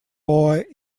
boy